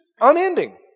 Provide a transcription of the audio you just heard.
unending